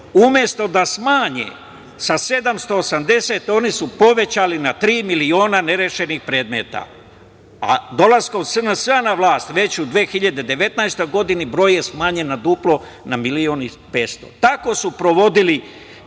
umesto da smanje sa 780.000, oni su povećali na tri miliona nerešenih predmeta. Dolaskom SNS na vlast, već u 2019. godini, broj je smanjen na duplo, na 1.500.000.Tako su sprovodili